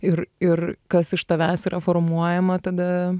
ir ir kas iš tavęs yra formuojama tada